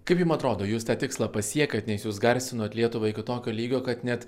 kaip jum atrodo jūs tą tikslą pasiekėt nes jūs garsinot lietuvą iki tokio lygio kad net